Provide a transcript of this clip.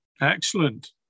Excellent